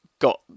got